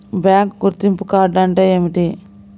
Bank గుర్తింపు card అంటే ఏమిటి?